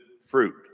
fruit